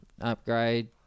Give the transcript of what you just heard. upgrade